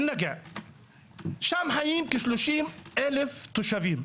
שם היו כ-30,000 תושבים.